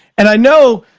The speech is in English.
and i know,